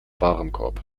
warenkorb